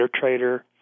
trader